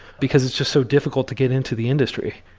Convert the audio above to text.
because it's just so difficult to get into the industry.